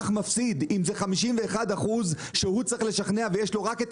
אם זה 51% שהוא צריך לשכנע ויש לו רק את